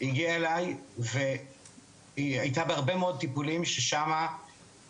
היא הגיעה אליי והייתה בהרבה מאוד טיפולים שלא צלחו,